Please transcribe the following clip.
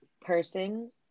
person